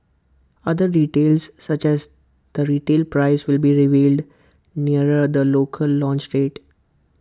other details such as the retail price will be revealed nearer the local launch date